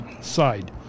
side